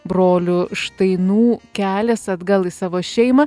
brolių štainų kelias atgal į savo šeimą